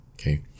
okay